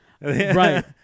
right